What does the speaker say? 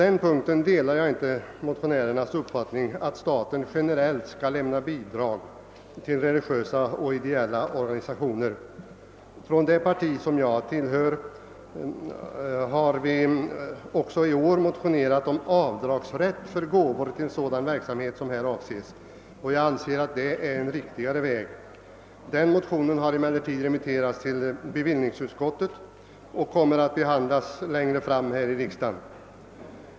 För min del delar jag inte motionärernas uppfattning att staten generellt skall lämna bidrag till religiösa och ideella organisationer. Från det parti som jag tillhör har vi också i år motionerat om avdragsrätt för gåvor till sådan verksamhet som här avses. Jag anser detta vara en riktigare väg. Den motionen har emellertid remitterats till bevillningsutskottet och kommer att behandlas längre fram här i kammaren.